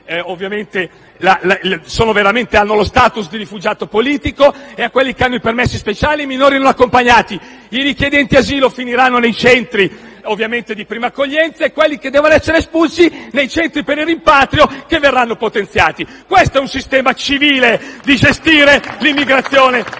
coloro che hanno lo *status* di rifugiato politico, a quelli che hanno i permessi speciali e ai minori non accompagnati. I richiedenti asilo finiranno nei centri di prima accoglienza e quelli che devono essere espulsi nei centri per il rimpatrio che verranno potenziati. Questo è un sistema civile di gestire l'immigrazione